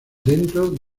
dentro